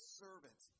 servant